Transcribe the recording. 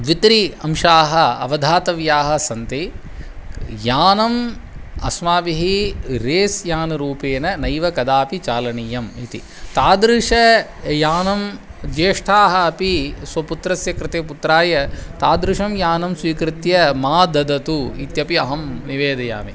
द्वित्री अंशाः अवधातव्याः सन्ति यानम् अस्माभिः रेस् यानरूपेण नैव कदापि चालनीयम् इति तादृशं यानं ज्येष्ठाः अपि स्वपुत्रस्य कृते पुत्राय तादृशं यानं स्वीकृत्य मा ददतु इत्यपि अहं निवेदयामि